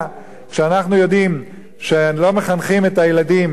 ואנחנו יודעים שלא מחנכים את הילדים לתורה